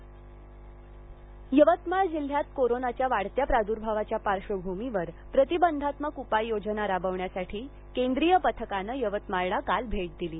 यवतमाळ यवतमाळ जिल्ह्यात कोरोनाच्या वाढत्या प्रदूर्भावाच्या पार्श्वभूमीवर प्रतिबंधात्मक उपाययोजना राबवण्यासाठी केंद्रीय पथकानं यवतमाळला काल भेट दिली